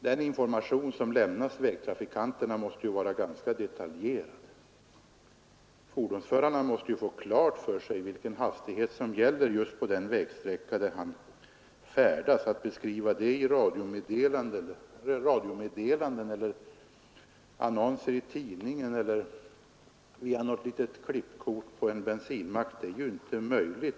Den information som lämnas vägtrafikanterna måste vara ganska detaljerad. En fordonsförare måste få klart för sig vilken hastighet som gäller just på den vägsträcka där han färdas. Att beskriva detta i radiomeddelanden, genom annonser i tidningarna eller via något litet klippkort på en bensinmack är ju inte möjligt.